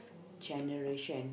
generation